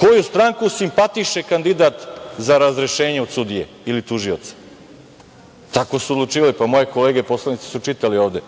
koju stranku simpatiše kandidat za razrešenje od sudije ili od tužioca, tako su odlučivali. Pa, moje kolege poslanici su čitali ovde